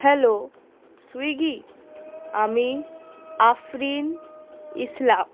hello Swiggy আমি আফ্রিন ইসলাম